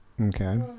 Okay